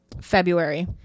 February